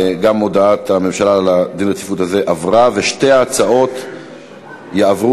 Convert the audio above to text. הודעת הממשלה על רצונה להחיל דין רציפות על סעיף 4 בהצעת חוק לייעול